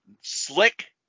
slick